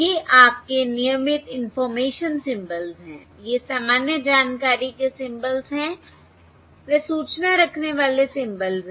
ये आपके नियमित इंफॉर्मेशन सिंबल्स हैं ये सामान्य जानकारी के सिंबल्स हैं वह सूचना रखने वाले सिंबल्स है